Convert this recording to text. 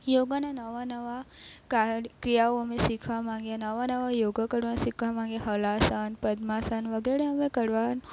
યોગાના નવાં નવાં કાર ક્રિયાઓ અમે શીખવા માગ્યા નવા નવા યોગા કરવા શીખવા માગ્યા હલાસન પદ્માસન વગેરે અમે કરવા